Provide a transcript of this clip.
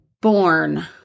Born